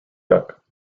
duck